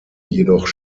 jedoch